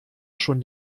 schon